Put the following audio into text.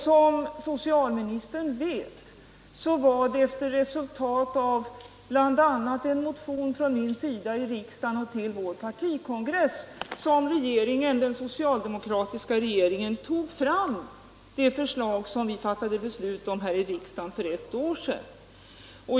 Som socialministern vet var det bl.a. efter en motion av mig i riksdagen och till vår partikongress som den socialdemokratiska regeringen tog fram det förslag som vi fattade beslut om här i riksdagen för ett år sedan.